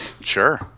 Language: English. Sure